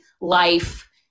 life